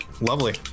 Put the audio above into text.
lovely